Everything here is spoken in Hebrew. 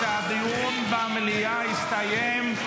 הדיון במליאה הסתיים.